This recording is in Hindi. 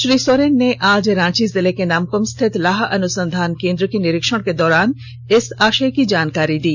श्री सोरेन ने आज रांची जिले के नामकुम स्थित लाह अनुसंधान केन्द्र के निरीक्षण के दौरान इस आषय की जानकारी दी